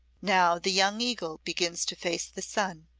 now the young eagle begins to face the sun,